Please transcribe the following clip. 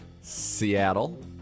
Seattle